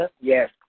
Yes